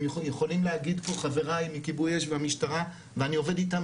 יכולים להגיד פה חבריי מכיבוי אש והמשטרה ואני עובד איתם